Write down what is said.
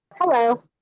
Hello